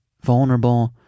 vulnerable